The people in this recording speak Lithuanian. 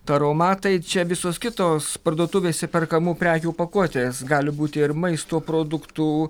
taromatai čia visos kitos parduotuvėse perkamų prekių pakuotės gali būti ir maisto produktų